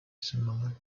similar